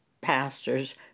pastors